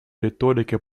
риторики